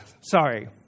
Sorry